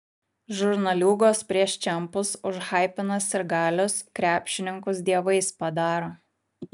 žurnaliūgos prieš čempus užhaipina sirgalius krepšininkus dievais padaro